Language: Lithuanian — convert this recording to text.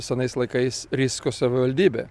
senais laikais risko savivaldybė